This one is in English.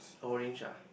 orange ah